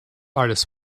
alles